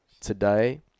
today